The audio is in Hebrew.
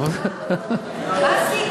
חברת הכנסת?